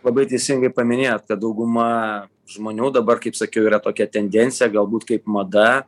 labai teisingai paminėjot kad dauguma žmonių dabar kaip sakiau yra tokia tendencija galbūt kaip mada